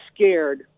scared